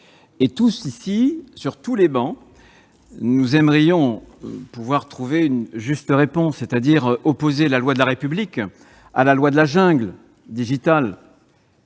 sur lesquelles nous siégions, nous aimerions pouvoir trouver une juste réponse, c'est-à-dire opposer la loi de la République à la loi de la jungle digitale.